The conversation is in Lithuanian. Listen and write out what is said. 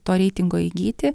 to reitingo įgyti